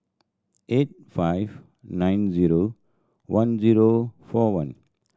eight five nine zero one zero four one